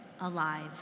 alive